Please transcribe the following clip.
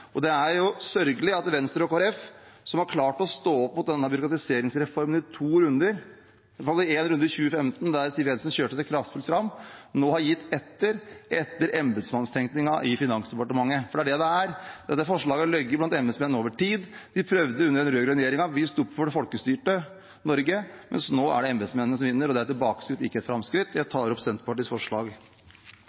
Og det er sørgelig at Venstre og Kristelig Folkeparti, som har klart å stå opp mot denne byråkratiseringsreformen i to runder – i hvert fall en runde i 2015, der Siv Jensen kjørte det kraftfullt fram – nå har gitt etter for embetsmannstenkningen i Finansdepartementet, for det er det det er; dette forslaget har ligget hos embetsmenn over tid. Vi prøvde under den rød-grønne regjeringen, vi sto opp for det folkestyrte Norge, men nå er det embetsmennene som vinner. Det er et tilbakeskritt, ikke et framskritt. Jeg tar opp Senterpartiets forslag.